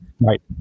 Right